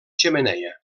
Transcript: xemeneia